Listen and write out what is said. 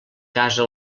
casa